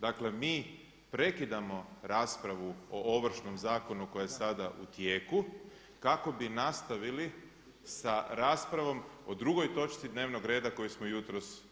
Dakle mi prekidamo raspravu o Ovršnom zakonu koji je sada u tijeku kako bi nastavili sa raspravom o drugoj točci dnevnog reda koju smo jutros